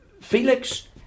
Felix